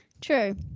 True